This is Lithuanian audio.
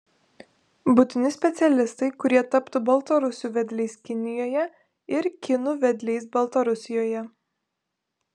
būtini specialistai kurie taptų baltarusių vedliais kinijoje ir kinų vedliais baltarusijoje